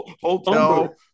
hotel